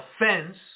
offense